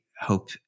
hope